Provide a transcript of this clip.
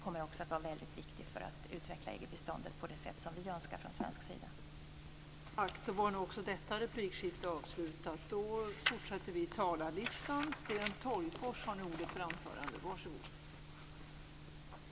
Det kommer att vara viktigt för att utveckla EG-biståndet, på det sätt som vi från svensk sida önskar.